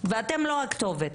ואתם לא הכתובת,